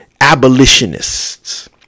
abolitionists